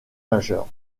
majeures